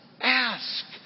ask